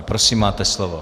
Prosím, máte slovo.